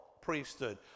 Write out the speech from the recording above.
priesthood